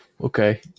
okay